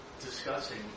discussing